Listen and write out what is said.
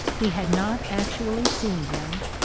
he had not actually seen them,